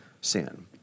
sin